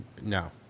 No